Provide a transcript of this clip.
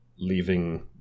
leaving